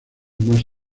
más